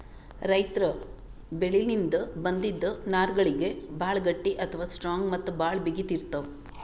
ರೈತರ್ ಬೆಳಿಲಿನ್ದ್ ಬಂದಿಂದ್ ನಾರ್ಗಳಿಗ್ ಭಾಳ್ ಗಟ್ಟಿ ಅಥವಾ ಸ್ಟ್ರಾಂಗ್ ಮತ್ತ್ ಭಾಳ್ ಬಿಗಿತ್ ಇರ್ತವ್